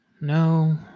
No